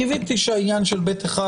קיוויתי שהעניין של ב1,